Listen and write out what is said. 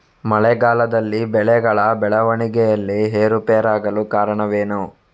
ಮಳೆಗಾಲದಲ್ಲಿ ಬೆಳೆಗಳ ಬೆಳವಣಿಗೆಯಲ್ಲಿ ಏರುಪೇರಾಗಲು ಕಾರಣವೇನು?